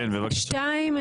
שתיים,